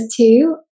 two